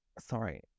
sorry